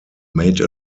made